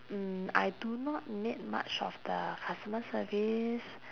mm I do not need much of the customer service